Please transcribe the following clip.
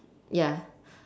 ya